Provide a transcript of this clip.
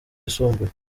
yisumbuye